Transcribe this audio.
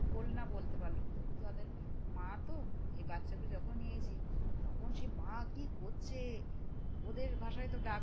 বল না বলতে পারলো তবু তোাদের মা তো সে বাচ্চাকে যখন নিয়েছি তখন সে মা কী করছে ওদের ভাষায় তো ডাক